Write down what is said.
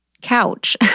couch